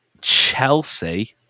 Chelsea